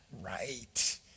right